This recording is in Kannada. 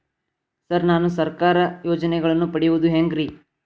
ಸರ್ ನಾನು ಸರ್ಕಾರ ಯೋಜೆನೆಗಳನ್ನು ಪಡೆಯುವುದು ಹೆಂಗ್ರಿ?